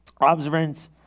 Observance